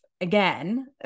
again